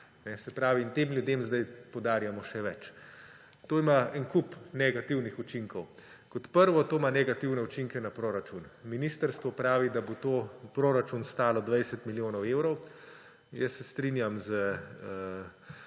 In tem ljudem zdaj podarjamo še več. To ima en kup negativnih učinkov. Kot prvo ima to negativne učinke na proračun. Ministrstvo pravi, da bo to proračun stalo 20 milijonov evrov, jaz se strinjam z